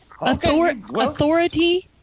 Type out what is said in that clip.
Authority